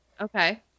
okay